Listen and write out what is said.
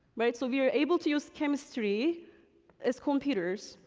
right, so we are able to use chemistry as computers.